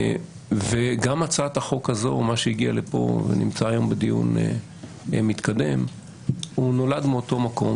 גם הצעת החוק הזו שהגיעה לכאן והיא היום בדיון מתקדם נולדה מאותו מקום.